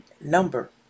number